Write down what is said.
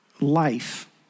life